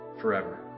forever